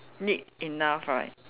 need enough right